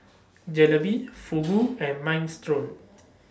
Jalebi Fugu and Minestrone